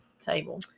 table